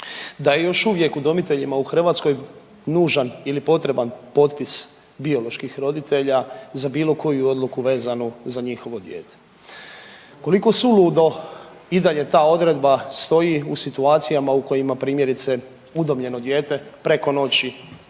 da je još uvijek udomiteljima u Hrvatskoj nužan ili potreban potpis bioloških roditelja za bilo koju odluku vezano za njihovo dijete? Koliko suludo i dalje ta odredba stoji u situacijama u kojima primjerice udomljeno dijete preko noći